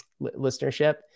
listenership